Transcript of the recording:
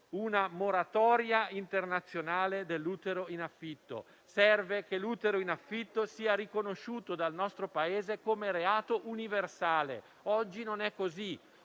una moratoria internazionale dell'utero in affitto. Serve che l'utero in affitto sia riconosciuto dal nostro Paese come reato universale. Oggi non è così.